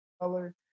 color